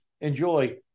enjoy